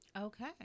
Okay